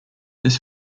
this